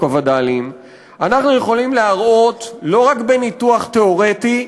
הווד"לים אנחנו יכולים להראות לא רק בניתוח תיאורטי,